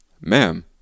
Ma'am